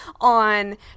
on